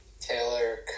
Taylor